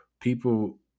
people